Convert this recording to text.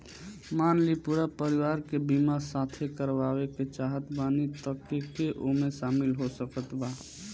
मान ली पूरा परिवार के बीमाँ साथे करवाए के चाहत बानी त के के ओमे शामिल हो सकत बा?